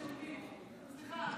סליחה,